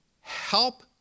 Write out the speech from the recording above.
help